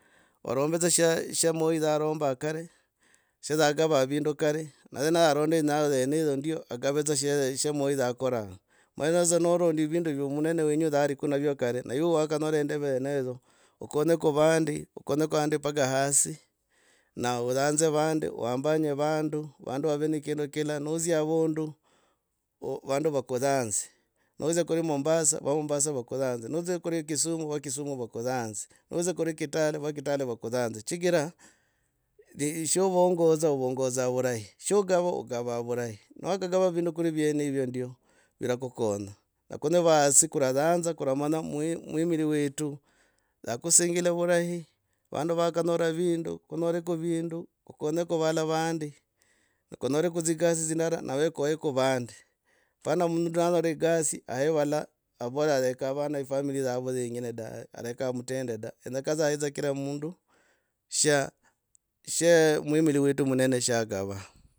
Orambe dza sha moi dza sha sha moi aromba kare. sha dza akava vindu kare. neza aronde akave dza sha sha moi akoronga omanye sasa norondi vindu hivyo munene wenyu yariko navyo kare miwa kanyora yindeve yenezo okonyeko vandi okonyenyeko andi mpaka hasi nawe oranze vandi okonyenyeko handi mpaka hasi nawe oranze vandi. wambanye vandu. vandu wave ne kindu kilala nodzia avundu vandu vakuranze: nodzia kuli mombasa. vamombasa vakuranze nodzia kuli kisumu, va kisumu vakuranze nodzia kuri kitale va kitale vakurane chigira shovongoza. Ovongoza vurahi shogava ogava vurahi niwakakava vindu kuli vyenevyo virakukonya okonya va hasi kuraranza kuramanya mwimi mwimili wetu akusingila vurahi vandu vakanyora vindu kunyoreko vindu. Kukonyeko valala uandi kunyereka kudzigasi tsindara nahe kuweka vandi. Pana mundu nanyole ekasi ahe valala. avole aleka vana ve dzi family dziavo dzienyene dave. areka mutende da kenyaka dza ahe kila mundu sha. Sha mwimili wetu munone shagava.